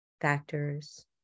factors